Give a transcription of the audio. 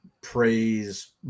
praise